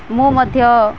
ମୁଁ ମଧ୍ୟ